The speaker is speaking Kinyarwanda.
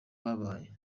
babaye